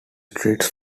streets